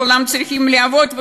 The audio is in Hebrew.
וכולם צריכים לעבוד,